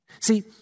See